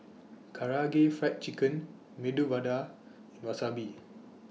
Karaage Fried Chicken Medu Vada Wasabi